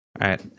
right